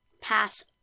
pass